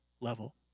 level